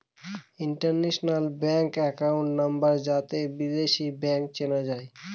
international bank account number যাতে বিদেশী bank চেনা যায়